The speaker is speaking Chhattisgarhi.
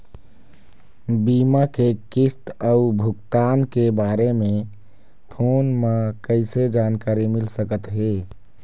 बीमा के किस्त अऊ भुगतान के बारे मे फोन म कइसे जानकारी मिल सकत हे?